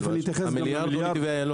המיליארד.